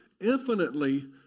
infinitely